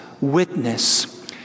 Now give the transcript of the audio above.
witness